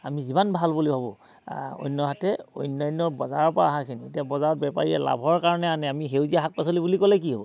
আমি যিমান ভাল বুলি ভাবোঁ অন্যহাতে অন্যান্য বজাৰৰ পৰা অহাখিনি এতিয়া বজাৰত বেপাৰীয়ে লাভৰ কাৰণে আনে আমি সেউজীয়া শাক পাচলি বুলি ক'লে কি হ'ব